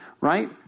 right